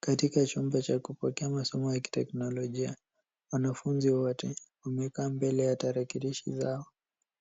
Katika chumba cha kupokea masomo ya kiteknolojia, wanafunzi wote wamekaa mbele ya tarakilishi zao.